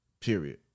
period